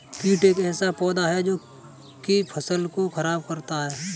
कीट एक ऐसा पौधा है जो की फसल को खराब करता है